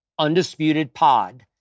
UndisputedPod